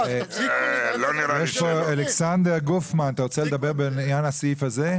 זכותי לדעה שלי.